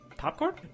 popcorn